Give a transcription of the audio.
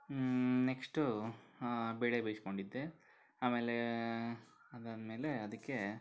next ಬೇಳೆ ಬೇಯಿಸಿಕೊಂಡಿದ್ದೆ ಆಮೇಲೆ ಅದಾದಮೇಲೆ ಅದಕ್ಕೆ